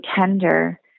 tender